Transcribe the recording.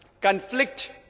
conflict